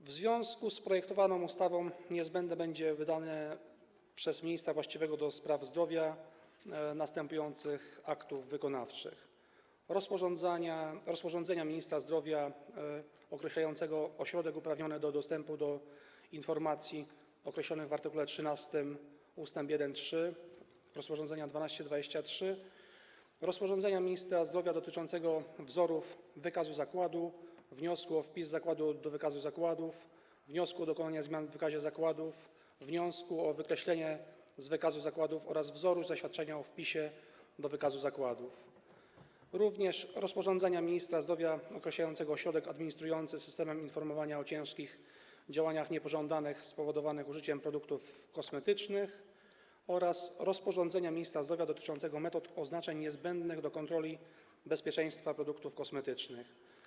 W związku z projektowaną ustawą niezbędne będzie wydanie przez ministra właściwego do spraw zdrowia następujących aktów wykonawczych: rozporządzenia ministra zdrowia określającego ośrodek uprawniony do dostępu do informacji określonych w art. 13 ust. 1–3 rozporządzenia 1223, rozporządzenia ministra zdrowia dotyczącego wzorów wykazu zakładu, wniosku o wpis zakładu do wykazu zakładów, wniosku o dokonanie zmian w wykazie zakładów, wniosku o wykreślenie z wykazu zakładów oraz wzoru zaświadczenia o wpisie do wykazu zakładów, rozporządzenia ministra zdrowia określającego ośrodek administrujący Systemem Informowania o Ciężkich Działaniach Niepożądanych Spowodowanych Stosowaniem Produktów Kosmetycznych oraz rozporządzenia ministra zdrowia dotyczącego metod oznaczeń niezbędnych do kontroli bezpieczeństwa produktów kosmetycznych.